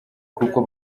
kuko